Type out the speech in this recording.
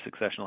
successional